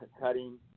cutting